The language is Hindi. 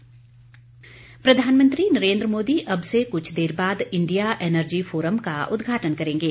पीएम प्रधानमंत्री नरेन्द्र मोदी अब से कुछ देर बाद इंडिया एनर्जी फोरम का उद्घाटन करेंगे